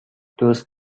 دوست